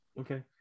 Okay